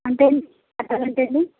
అంటే ఇంత కట్టాలి అండి